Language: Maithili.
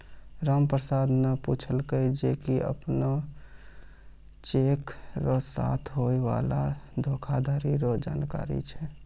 रामप्रसाद न पूछलकै जे अपने के चेक र साथे होय वाला धोखाधरी रो जानकारी छै?